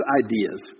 ideas